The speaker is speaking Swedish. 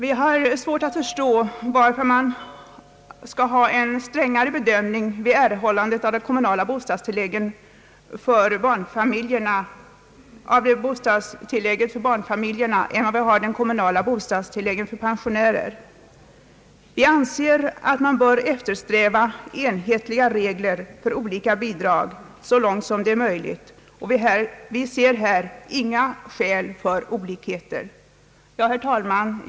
Vi har svårt att förstå varför man skall tillämpa en strängare bedömning vid tilldelandet av de kommunala bostadstilläggen för barnfamiljerna än när det gäller de kommunala bostadstilläggen för pensionärer. Vi anser att man bör eftersträva enhetliga regler för olika bidrag så långt det är möjligt, och vi ser här inget skäl för olikheter. Herr talman!